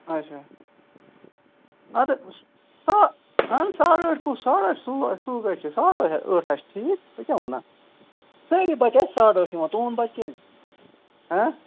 اچھا اَدٕ سا اَہنو ساڑ ٲٹھ کُس ساڑَے ٲٹھ ہا چھِ ٹھیٖک تُہۍ کیٛاہ وَنان سٲری بَچہٕ ہا چھِ ساڑ ٲٹھ یِوان تُہُنٛد بَچہٕ کیازِ نہٕ ہہ